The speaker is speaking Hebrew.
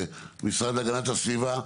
המשרד להגנת הסביבה,